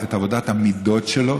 את עבודת המידות שלו,